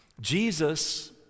Jesus